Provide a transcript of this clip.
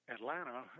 Atlanta